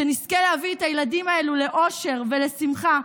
שנזכה להביא את הילדים האלה לאושר ולשמחה,